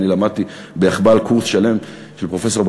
אני למדתי ביחב"ל קורס של פרופסור בר